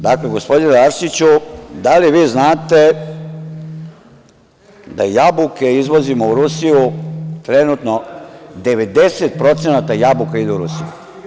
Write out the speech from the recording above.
Dakle, gospodine Arsiću, da li vi znate da jabuke izvozimo u Rusiju, trenutno 90%, jabuka ide u Rusiju.